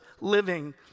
living